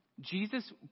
Jesus